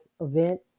event